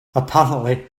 apparently